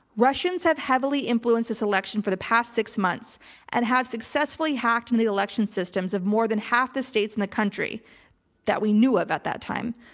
russians have heavily influenced this election for the past six months and have successfully hacked and the election systems of more than half the states in the country that we knew of at that time.